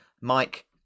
Mike